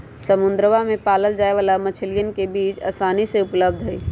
समुद्रवा में पाल्ल जाये वाला मछलीयन के बीज आसानी से उपलब्ध हई